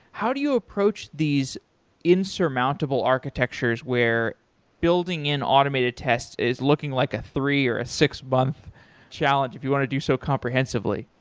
how do you approach these insurmountable architectures where building in automated test is looking like a three or six month challenge if you want to do so comprehensively?